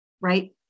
Right